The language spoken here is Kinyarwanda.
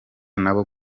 nabo